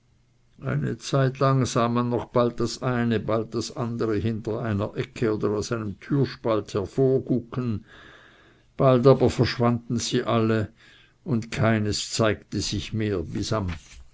einige zeitlang sah man noch bald das eine bald das andere hinter einer ecke oder aus einem türspalt hervorgucken bald aber verschwanden sie alle und keines zeigte sich mehr bis am